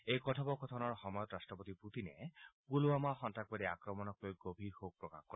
এই কথোকথনৰ সময়ত ৰট্টপতি পুটিনে পূলৱামা সন্তাসবাদী আক্ৰমণক লৈ গভীৰ শোক প্ৰকাশ কৰে